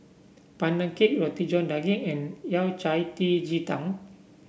Pandan Cake Roti John Daging and Yao Cai Ji Tang